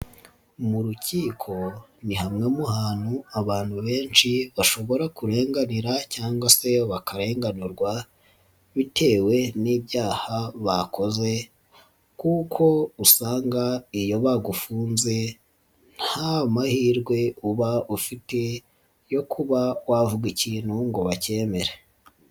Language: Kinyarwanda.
Mu rukiko ni hamwe mu hantu abantu benshi bashobora kurenganira cyangwa se bakarenganurwa bitewe n'ibyaha bakoze kuko usanga iyo bagufunze nta mahirwe uba ufite yo kuba wavuga ikintu ngo bakemere.